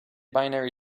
binary